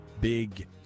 big